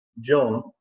John